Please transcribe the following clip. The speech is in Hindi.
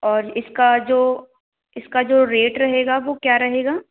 और इसका जो इसका जो रेट रहेगा वो क्या रहेगा